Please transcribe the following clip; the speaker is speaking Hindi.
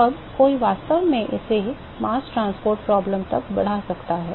अब कोई वास्तव में इसे mass transport problem तक बढ़ा सकता है